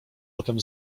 potem